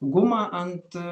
gumą ant